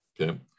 okay